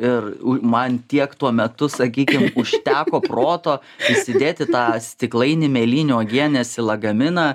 ir man tiek tuo metu sakykim užteko proto įsidėti tą stiklainį mėlynių uogienės į lagaminą